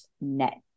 net